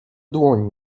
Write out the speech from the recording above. dłoń